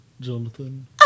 Jonathan